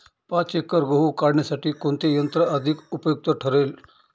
पाच एकर गहू काढणीसाठी कोणते यंत्र अधिक उपयुक्त ठरेल?